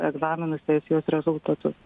egzaminų sesijos rezultatus